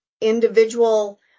individual